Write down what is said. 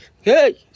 Hey